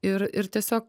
ir ir tiesiog